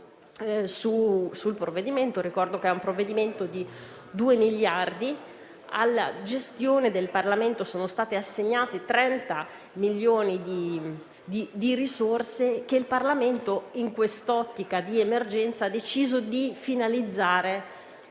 classico. Ricordo che è un provvedimento di due miliardi; alla gestione del Parlamento sono state assegnate 30 milioni di risorse che il Parlamento in quest'ottica di emergenza ha deciso di finalizzare